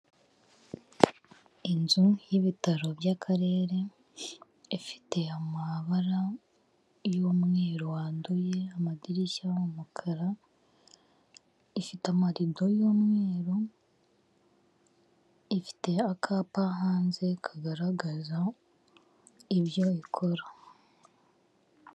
Inzu y'ibitaro by'akarere ifite amabara y'umweru wanduye, amadirishya y'umukara, ifite amarido y'umweru, ifite akapa hanze kagaragaza ibyo ikora.